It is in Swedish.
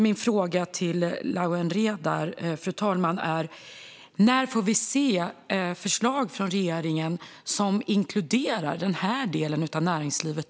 Min fråga till Lawen Redar är, fru talman: När får vi se förslag från regeringen som inkluderar även den här delen av näringslivet?